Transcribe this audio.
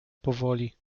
powoli